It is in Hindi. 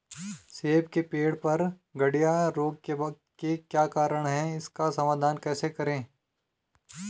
सेब के पेड़ पर गढ़िया रोग के क्या कारण हैं इसका समाधान कैसे करें?